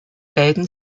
beiden